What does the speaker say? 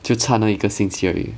就差那一个星期而已